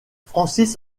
francis